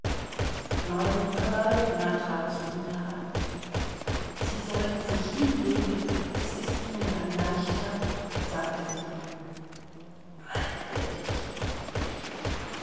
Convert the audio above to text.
nikolajewna trat zu ihm heran sie sollten sich hinlegen es ist ihnen dann leichter sagte sie bald werde ich liegen